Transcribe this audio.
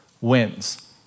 wins